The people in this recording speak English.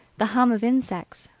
the hum of insects,